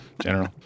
General